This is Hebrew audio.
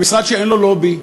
המשרד שאין לו לובי.